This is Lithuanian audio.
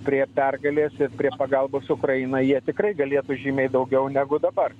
prie pergalės prie pagalbos ukrainai jie tikrai galėtų žymiai daugiau negu dabar